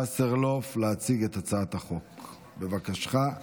בוועדת הכלכלה להכנתה לקריאה שנייה ושלישית.